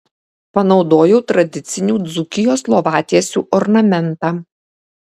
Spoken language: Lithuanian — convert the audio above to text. panaudojau tradicinių dzūkijos lovatiesių ornamentą